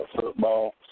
football